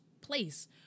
place